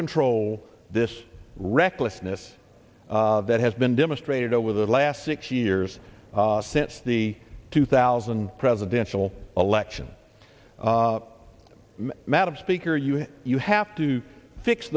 control this recklessness that has been demonstrated over the last six years since the two thousand presidential election madam speaker you you have to fix